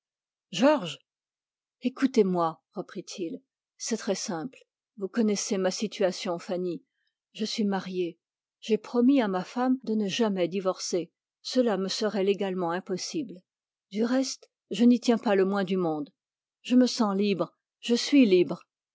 georges vous connaissez ma situation je suis marié j'ai promis à ma femme de ne jamais divorcer cela me serait légalement impossible du reste je n'y tiens pas le moins du monde je me sens libre je suis libre